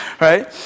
right